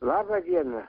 laba diena